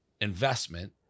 investment